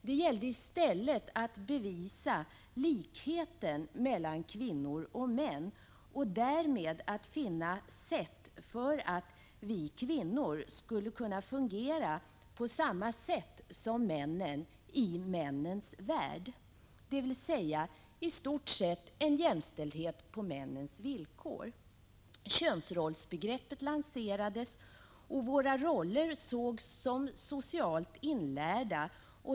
Det gällde i stället att bevisa likheten mellan kvinnor och män och att därmed finna ett sätt för hur vi kvinnor skulle kunna fungera på samma sätt som männen i männens värld — dvs. i stort sett jämställdhet på männens villkor. Könsrollsbegreppet lanserades, och våra roller sågs som socialt inlärda.